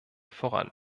voran